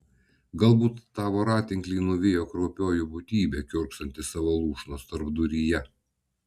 galbūt tą voratinklį nuvijo kraupioji būtybė kiurksanti savo lūšnos tarpduryje